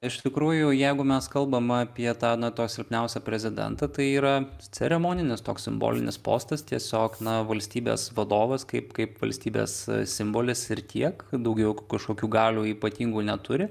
iš tikrųjų jeigu mes kalbam apie tą na tą silpniausią prezidentą tai yra ceremoninis toks simbolinis postas tiesiog na valstybės vadovas kaip kaip valstybės simbolis ir tiek daugiau kažkokių galių ypatingų neturi